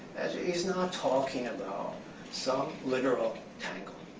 that he's not talking about some literal tangle.